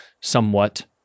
somewhat